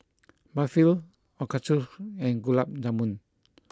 Barfi Ochazuke and Gulab Jamun